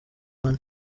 money